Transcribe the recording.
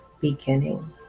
beginning